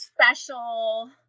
special